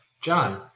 John